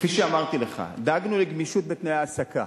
כפי שאמרתי לך, דאגנו לגמישות בתנאי ההעסקה